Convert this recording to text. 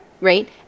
Right